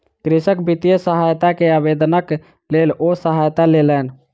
कृषक वित्तीय सहायता के आवेदनक लेल ओ सहायता लेलैन